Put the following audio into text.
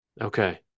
Okay